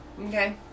okay